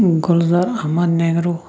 Gulzar Ahmad Nehru